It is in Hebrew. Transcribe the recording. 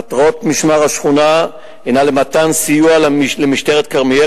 מטרות "משמר השכונה" הן לתת סיוע למשטרת כרמיאל